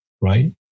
right